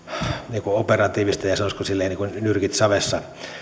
niin kuin operatiivista ja sanoisiko nyrkit savessa